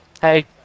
hey